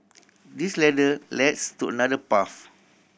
this ladder leads to another path